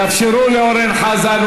תאפשרו לאורן חזן,